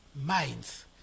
minds